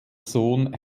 sohn